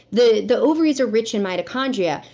the the ovaries are rich in mitochondria.